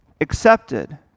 accepted